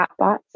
chatbots